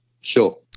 Sure